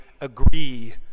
agree